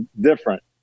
different